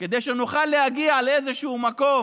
כדי שנוכל להגיע לאיזשהו מקום